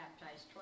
baptized